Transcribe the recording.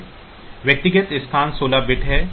व्यक्तिगत स्थान 16 बिट हैं संख्या X 16 बिट है